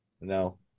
No